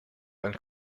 and